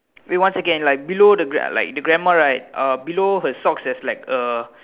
wait one second like below the like the grandma right uh below her socks there's like a